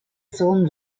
film